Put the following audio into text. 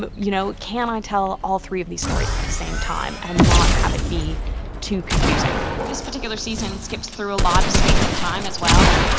but you know can i tell all three of these stories at the same time and now have it be too confusing? this particular season skips through a lot of space and time as well,